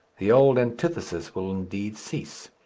the old antithesis will indeed cease,